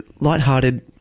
lighthearted